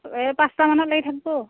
এই পাঁচটামান লৈ থাকিব